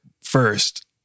first